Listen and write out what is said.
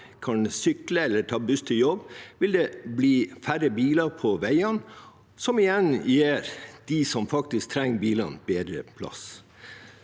kan sy kle eller ta buss til jobb, vil det bli færre biler på veiene, noe som igjen gir dem som faktisk trenger bilene, bedre plass.